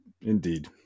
Indeed